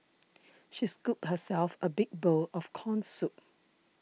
she scooped herself a big bowl of Corn Soup